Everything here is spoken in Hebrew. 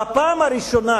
בפעם הראשונה,